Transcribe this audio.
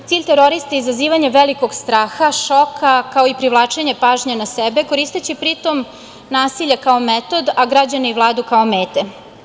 Cilj terorista je izazivanje velikog straha, šoka, kao i privlačenje pažnje na sebe, koristeći pri tome nasilje kao metod, a građane i Vladu kao mete.